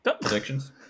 Predictions